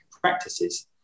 practices